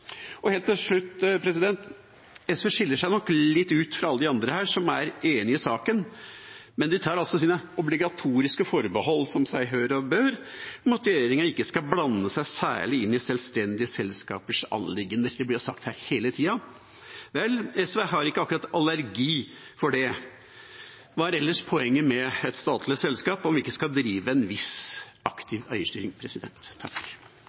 Helt til slutt: SV skiller seg nok litt ut fra alle de andre her. De er enige i saken, men de tar sine obligatoriske forbehold, som seg hør og bør, om at regjeringa ikke skal blande seg særlig inn i sjølstendige selskapers anliggender. Det blir sagt her hele tida. Vel, SV har ikke akkurat allergi mot det. Hva er ellers poenget med et statlig selskap, om vi ikke skal drive en viss